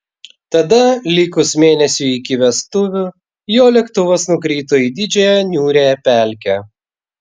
tada likus mėnesiui iki vestuvių jo lėktuvas nukrito į didžiąją niūriąją pelkę